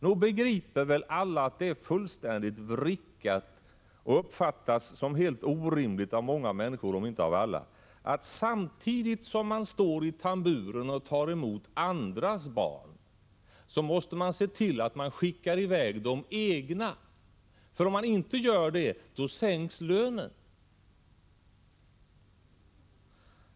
Nog begriper väl alla att det är fullständigt vrickat och uppfattas som helt orimligt av många människor, om inte av alla, att man samtidigt som man står i tamburen och tar emot andras barn måste skicka i väg sina egna. Om man inte gör det, sänks lönen.